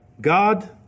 God